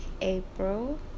April